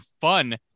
fun